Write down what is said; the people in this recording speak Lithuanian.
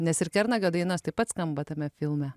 nes ir kernagio dainos taip pat skamba tame filme